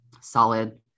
solid